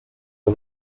the